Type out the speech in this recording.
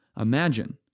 Imagine